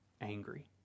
angry